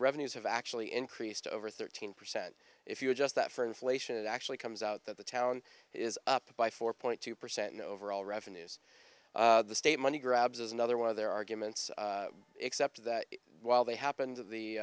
revenues have actually increased over thirteen percent if you adjust that for inflation it actually comes out that the town is up by four point two percent overall revenues the state money grabs is another one of their arguments except that while they happened